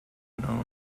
known